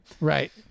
Right